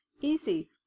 easy